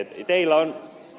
teillä on